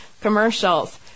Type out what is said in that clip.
commercials